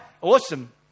Awesome